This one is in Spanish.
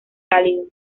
cálido